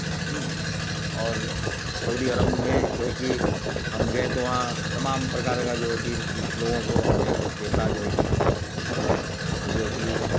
और Saudi Arabia में जो है कि हम गए तो वहाँ तमाम प्रकार का जो है कि लोगों को हमने देखा जो है कि जो है कि